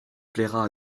plaira